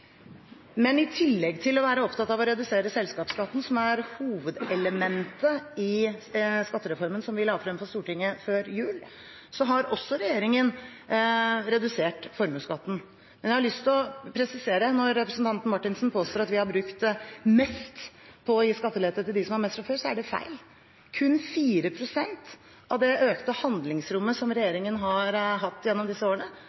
I tillegg til å være opptatt av å redusere selskapsskatten, som er hovedelementet i skattereformen som vi la frem for Stortinget før jul, har også regjeringen redusert formuesskatten. Jeg har lyst til å presisere: Når representanten Marthinsen påstår at vi har brukt mest på å gi skattelette til dem som har mest fra før, så er det feil. Kun 4 pst. av det økte handlingsrommet som regjeringen har hatt gjennom disse årene,